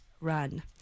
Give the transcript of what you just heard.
Run